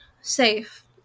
Safe